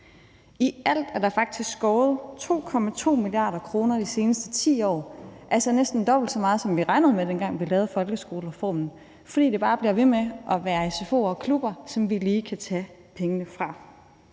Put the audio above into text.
I alt er der faktisk skåret 2,2 mia. kr. de seneste 10 år, altså næsten dobbelt så meget, som vi regnede med, dengang vi lavede folkeskolereformen, fordi der bare bliver ved med at være sfo'er og klubber, som vi lige kan tage pengene fra.